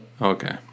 Okay